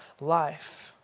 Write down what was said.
life